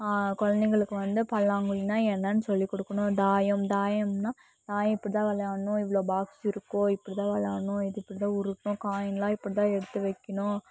குழந்தைங்களுக்கு வந்து பல்லாங்குழினால் என்னான்னு சொல்லி கொடுக்கணும் தாயம் தாயம்னால் தாயம் இப்படிதான் விளையாடணும் இவ்வளோவு பாக்ஸ் இருக்கும் இப்படிதான் விளையாடணும் இது இப்படிதான் உருட்டணும் காயினெலாம் இப்படிதான் எடுத்து வைக்கணும்